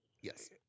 yes